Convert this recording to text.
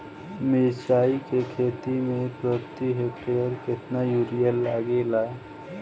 मिरचाई के खेती मे प्रति एकड़ केतना यूरिया लागे ला?